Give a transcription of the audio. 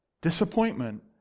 disappointment